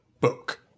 book